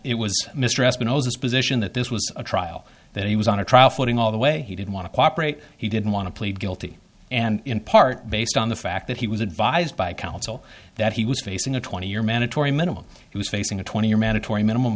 it was mr espinosa position that this was a trial that he was on a trial footing all the way he didn't want to cooperate he didn't want to plead guilty and in part based on the fact that he was advised by counsel that he was facing a twenty year mandatory minimum he was facing a twenty year mandatory minimum